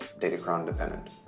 Datacron-dependent